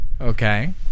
Okay